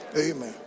Amen